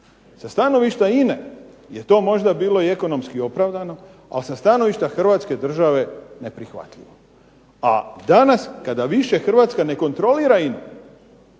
Sa stanovišta INA-e je to možda bilo i ekonomski opravdano, ali sa stanovišta hrvatske države neprihvatljivo. A danas kada više Hrvatska ne kontrolira INA-u,